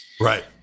Right